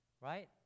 right